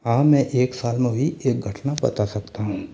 हाँ मैं एक साल में हुई एक घटना बता सकता हूँ